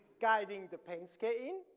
guiding the penske